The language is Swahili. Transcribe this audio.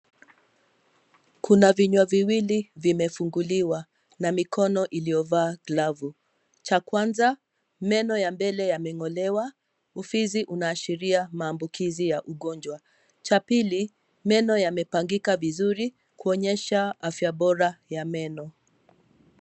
Kuna vinywa viwili vimefunguliwa, na mikono iliyovaa glavu, cha kwanza, meno ya mbele yameng'olewa, ufizi unaashiria maambukizi ya ugonjwa, cha pili, meno yamepangika vizuri, kuonyesha afya bora ya meno.